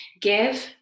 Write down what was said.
Give